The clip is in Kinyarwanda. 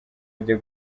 ajya